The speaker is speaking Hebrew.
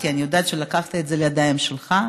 כי אני יודעת שלקחת את זה לידיים שלך,